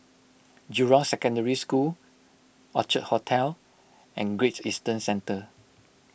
Jurong Secondary School Orchard Hotel and Great Eastern Centre